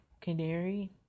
Canary